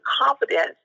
confidence